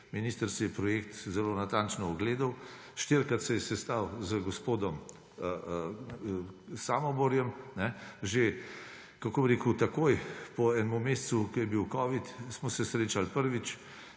minister si je projekt zelo natančno ogledal, štirikrat se je sestal z gospodom Samoborjem, že takoj po enem mesecu, ko je bil covid smo se srečali prvič